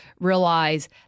realize